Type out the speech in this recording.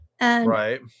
Right